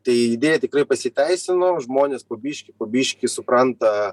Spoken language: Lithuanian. tai idėja tikrai pasiteisino žmonės po biškį biškį supranta